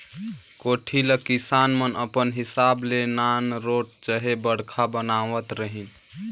कोठी ल किसान मन अपन हिसाब ले नानरोट चहे बड़खा बनावत रहिन